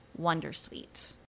wondersuite